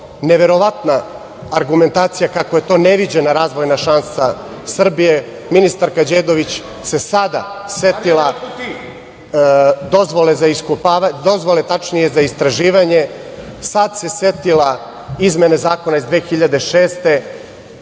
Neverovatna argumentacija, kako je to neviđena razvojna šansa Srbije. Ministarka Đedović se sada setila dozvole za istraživanje, sad se setila izmene zakona iz 2006.